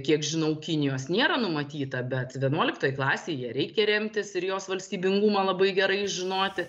kiek žinau kinijos nėra numatyta bet vienuoliktoj klasėj ja reikia remtis ir jos valstybingumą labai gerai žinoti